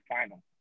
final